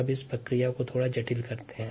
अब इस प्रक्रिया को थोड़ा जटिल करते हैं